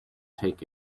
take